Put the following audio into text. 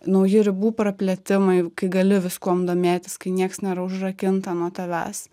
nauji ribų praplėtimai kai gali viskuom domėtis kai nieks nėra užrakinta nuo tavęs